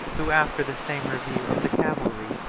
who, after the same review of the cavalry,